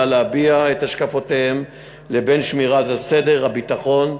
להביע את השקפותיהם לבין שמירת הסדר והביטחון,